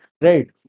right